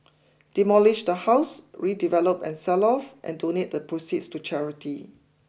demolish the house redevelop and sell off and donate the proceeds to charity